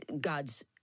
God's